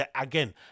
again